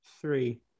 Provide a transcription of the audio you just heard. Three